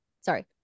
sorry